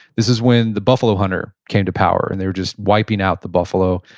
this is when the buffalo hunter came to power, and they're just wiping out the buffalo.